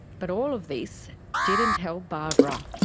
but all of this didn't help barbara.